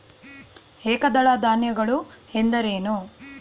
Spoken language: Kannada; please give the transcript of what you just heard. ಏಕದಳ ಧಾನ್ಯಗಳು ಎಂದರೇನು?